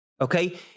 Okay